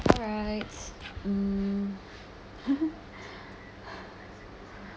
alright mm